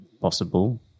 possible